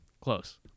Close